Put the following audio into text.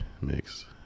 mix